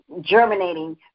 germinating